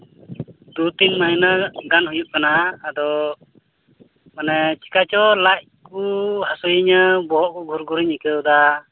ᱫᱩ ᱛᱤᱱ ᱢᱟᱹᱦᱱᱟᱹ ᱜᱟᱱ ᱦᱩᱭᱩᱜ ᱠᱟᱱᱟ ᱟᱫᱚ ᱢᱟᱱᱮ ᱪᱤᱠᱟᱹ ᱪᱚ ᱞᱟᱡ ᱠᱚ ᱦᱟ ᱥᱩᱭᱤᱧᱟᱹ ᱵᱚᱦᱚᱜ ᱠᱚ ᱜᱷᱩᱨ ᱜᱷᱩᱨᱤᱧ ᱟᱹᱭᱠᱟᱹᱣᱫᱟ